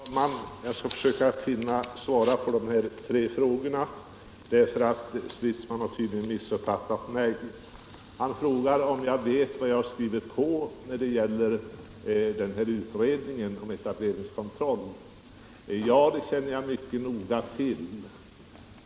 Herr talman! Jag skall försöka hinna svara på de här tre frågorna, eftersom herr Stridsman tydligen har missuppfattat mig. Herr Stridsman frågar om jag vet vad jag har skrivit på när det gäller betänkandet från utredningen om etableringskontroll. Det känner jag mycket väl till.